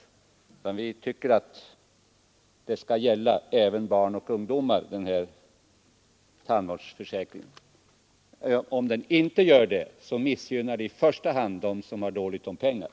Vi anser att tandvårdsförsäkringen skall gälla även barn och ungdomar. Om den inte gör det missgynnar man i första hand dem som har ont om pengar.